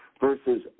versus